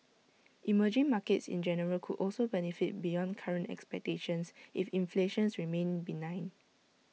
emerging markets in general could also benefit beyond current expectations if inflation remains benign